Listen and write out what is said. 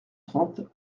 trente